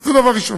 זה דבר ראשון.